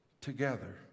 together